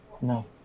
No